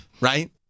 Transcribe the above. Right